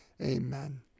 amen